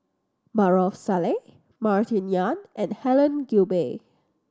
Maarof Salleh Martin Yan and Helen Gilbey